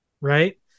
right